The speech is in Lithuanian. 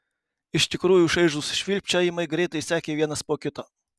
iš tikrųjų šaižūs švilpčiojimai greitai sekė vienas po kito